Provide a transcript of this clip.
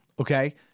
okay